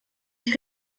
ich